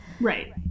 Right